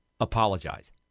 apologize